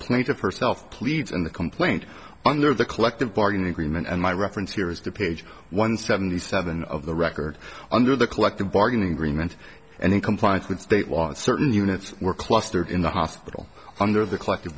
plaintiff herself pleads in the complaint under the collective bargaining agreement and my reference here is to page one seventy seven of the record under the collective bargaining agreement and in compliance with state law and certain units were clustered in the hospital under the collective